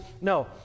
No